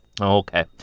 Okay